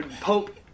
Pope